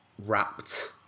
wrapped